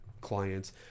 clients